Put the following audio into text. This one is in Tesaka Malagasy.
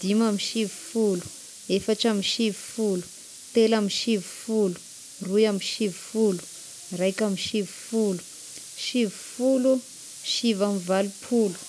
dimy amby sivifolo, efatra amby sivifolo, telo amby sivifolo, roy amby sivifolo, raika amby sivifolo, sivifolo, sivy amby valopolo.